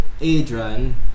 Adrian